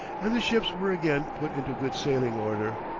and the ships were again put into good sailing order.